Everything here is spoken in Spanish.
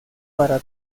para